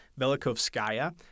Velikovskaya